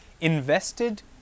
invested